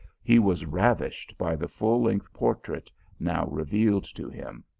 he was ravished by the full-length portrait now revealed to him.